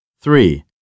Three